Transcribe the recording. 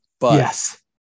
yes